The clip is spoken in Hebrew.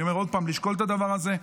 אני אומר עוד פעם, לשקול את הדבר הזה,